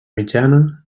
mitjana